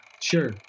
sure